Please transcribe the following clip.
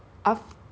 during like what